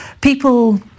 people